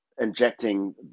injecting